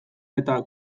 eta